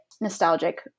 nostalgic